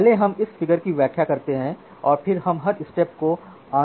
पहले हम इस फिगर की व्याख्या करते हैं और फिर हम हर स्टेप को आतंरिक स्तर पर देखेंगे